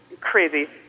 crazy